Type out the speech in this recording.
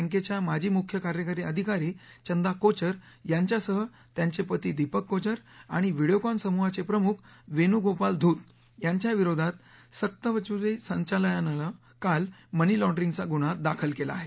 बँकेच्या माजी मुख्य कार्यकारी अधिकारी चंदा कोचर यांच्यासह त्यांचे पती दीपक कोचर आणि व्हिडियोकॉन समूहाचे प्रमुख वेणुगोपाल धूत यांच्याविरोधात सक्तवसुली संचालनालयानं काल मनिलॅण्डरिंगचा गुन्हा दाखल केला आहे